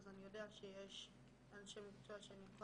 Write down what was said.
אז אני יודע שיש אנשי מקצוע שאני אוכל